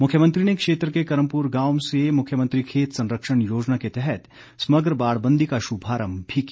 मुख्यमंत्री ने क्षेत्र के कर्मपुर गांव से मुख्यमंत्री खेत संरक्षण योजना के तहत समग्र बाड़बंदी का शुभारंभ भी किया